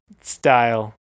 style